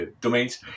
domains